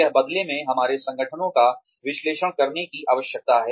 यह बदले में हमारे संगठनों का विश्लेषण करने की आवश्यकता है